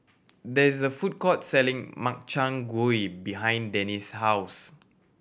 there is a food court selling Makchang Gui behind Denise's house